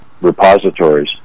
repositories